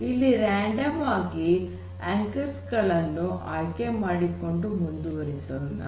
ಇಲ್ಲಿ ರಾಂಡಮ್ ಆಗಿ ಆಂಕರ್ಸ್ ಗಳನ್ನು ಆಯ್ಕೆ ಮಾಡಿಕೊಂಡು ಮುಂದುವರಿಸೋಣ